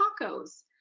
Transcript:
tacos